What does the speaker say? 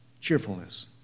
cheerfulness